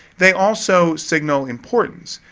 they also signal importance.